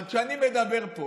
אבל כשאני מדבר פה